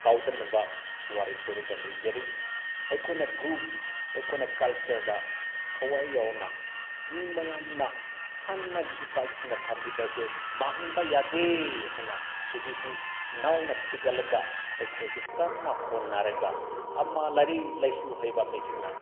ꯀꯥꯎꯗꯅꯕ ꯋꯥꯔꯤ ꯇꯧꯔꯒ ꯂꯩꯖꯔꯤ ꯑꯩꯈꯣꯏꯅ ꯒ꯭ꯔꯨꯞ ꯑꯩꯈꯣꯏꯅ ꯀꯜꯆꯔꯗ ꯊꯋꯥꯏ ꯌꯥꯎꯅ ꯃꯤ ꯃꯌꯥꯝꯅ ꯍꯥꯟꯅꯒꯤ ꯏꯄꯥ ꯏꯄꯨꯅ ꯊꯝꯕꯤꯕꯁꯦ ꯃꯥꯡꯍꯟꯕ ꯌꯥꯗꯦ ꯍꯥꯏꯅ ꯍꯧꯖꯤꯛꯁꯨ ꯅꯧꯅ ꯊꯤꯒꯠꯂꯒ ꯑꯩꯈꯣꯏꯁꯦ ꯀꯟꯅ ꯍꯣꯠꯅꯔꯒ ꯑꯃ ꯂꯥꯏꯔꯤꯛ ꯂꯥꯏꯁꯨ ꯍꯩꯕ ꯃꯤꯁꯤꯡꯅ